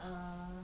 err